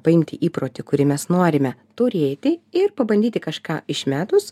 paimti įprotį kurį mes norime turėti ir pabandyti kažką išmetus